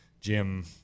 Jim